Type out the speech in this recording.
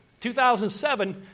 2007